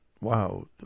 wow